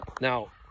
Now